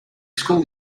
school